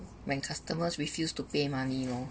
when customers refused to pay money lor